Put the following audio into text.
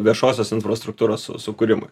viešosios infrastruktūros su sukūrimui